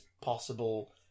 possible